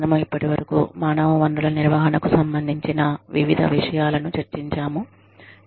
మనము ఇప్పటివరకు మానవ వనరుల నిర్వహణకు సంబంధించిన వివిధ విషయాలను చర్చించాము